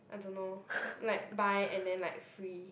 I don't know like buy and then like free